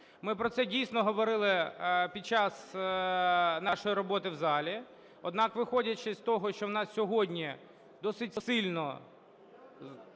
Ми про це дійсно говорили під час нашої роботи в залі. Однак, виходячи з того, що в нас сьогодні досить сильно